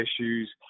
issues